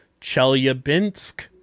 Chelyabinsk